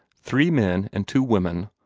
three men and two women,